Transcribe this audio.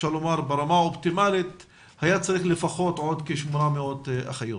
ברמה אופטימלית יש צורך לפחות עוד בכ-800 אחיות.